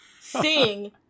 sing